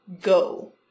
go